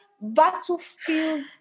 battlefield